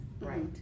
Right